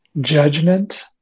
judgment